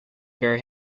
bear